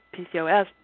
PCOS